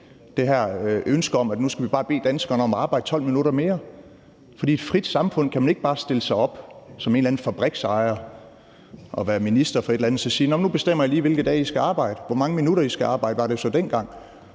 med, at nu skulle vi bare bede danskerne om at arbejde 12 minutter mere. For i et frit samfund kan man ikke bare stille sig op som en eller anden fabriksejer, når man er minister for et eller andet, og så sige: Nu bestemmer jeg lige, hvilke dage I skal arbejde. Dengang var det så, hvor mange